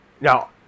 Now